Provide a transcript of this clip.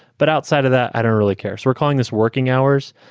but outside of that, i don't really care. so we're calling this working hours.